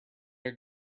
are